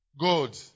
God